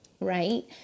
right